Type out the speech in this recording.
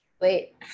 wait